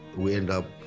we end up